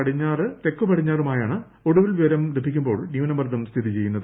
പടിഞ്ഞാറ് തെക്ക് പടിഞ്ഞാറുമായാണ് ഒടുവിൽ വിവരം ലഭിക്കുമ്പോൾ ന്യൂനമർദം സ്ഥിതി ചെയ്യുന്നത്